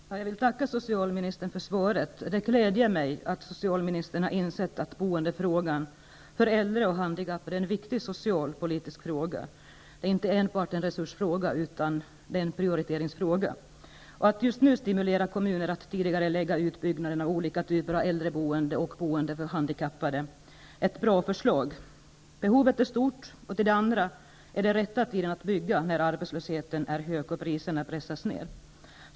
Herr talman! Jag vill tacka socialministern för svaret. Det glädjer mig att socialministern har insett att äldres och handikappades boende är en viktig socialpolitisk fråga. Det är inte enbart en resursfråga, utan det är en prioriteringsfråga. Att just nu stimulera kommuner att tidigarelägga utbyggnaden av olika typer av äldreboende och boende för handikappade är ett bra förslag. Behovet är stort, och det är rätt tid att bygga nu när arbetslösheten är hög och priserna pressas ner.